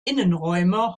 innenräume